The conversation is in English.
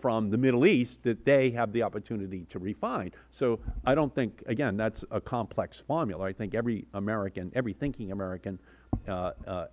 from the middle east that they have the opportunity to refine so i don't think again that is a complex formula i think every american every thinking american